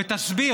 ותסביר,